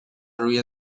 روی